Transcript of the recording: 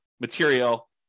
material